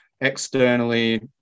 externally